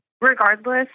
regardless